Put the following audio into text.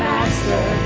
Master